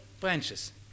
branches